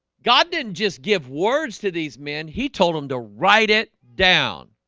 god didn't just give words to these men. he told him to write it down